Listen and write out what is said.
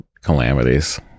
calamities